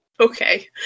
Okay